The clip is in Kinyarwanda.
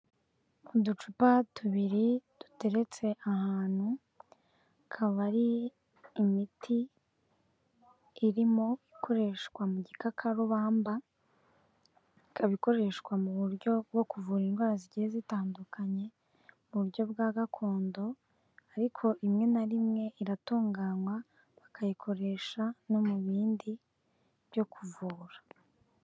Uducupa tubiri duteretse ahantu, akaba ari imiti irimo ikoreshwa mu gikakarubamba, ikaba ikoreshwa mu buryo bwo kuvura indwara zigiye zitandukanye, mu buryo bwa gakondo, ariko rimwe na rimwe iratunganywa, bakayikoresha no mu bindi byo kuvura.